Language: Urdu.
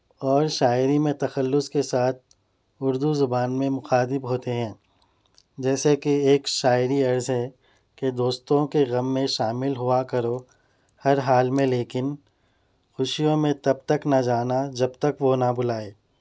اور شاعری میں تخلص کے سات اردو زبان میں مخاطب ہوتے ہیں جیسے کہ ایک شاعری عرض ہے کہ دوستوں کے غم میں شامل ہوا کرو ہر حال میں لیکن خوشیوں میں تب تک نہ جانا جب تک وہ نہ بلائے